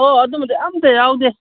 ꯑꯣ ꯑꯗꯨꯒꯨꯝꯕꯗꯤ ꯑꯃꯠꯇ ꯌꯥꯎꯗꯦ